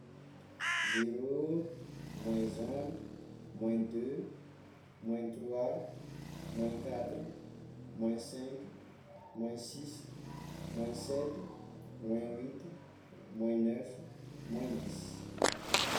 Zero, moins un, moins deux, moins trois, moins quatre, moins cinq, moins six, moins sept, moins huit, moins neuf, moins dix.